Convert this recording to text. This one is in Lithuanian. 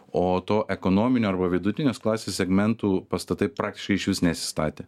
o to ekonominio arba vidutinės klasės segmentų pastatai praktiškai iš vis nesistatė